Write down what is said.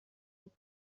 بود